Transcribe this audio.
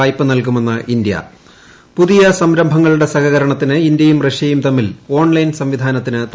വായ്പ നൽകുമെന്ന് ഇന്ത്യ പുതിയ സംരംഭങ്ങളുടെ സഹകരണത്തിന് ഇന്ത്യയും റഷ്യയും തമ്മിൽ ഓൺലൈൻ സംവിധാനത്തിന് തുടക്കമായി